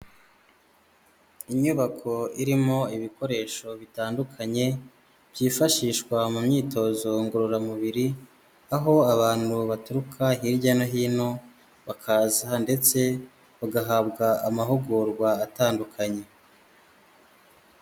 Inyubako irimo ibikoresho bitandukanye byifashishwa mu myitozo ngororamubiri aho abantu baturuka hirya no hino bakaza ndetse bagahabwa amahugurwa atandukanye.